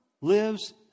lives